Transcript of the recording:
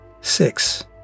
Six